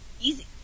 Easy